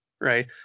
right